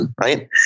right